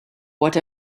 what